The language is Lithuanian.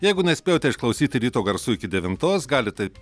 jeigu nespėjote išklausyti ryto garsų iki devintos galit tai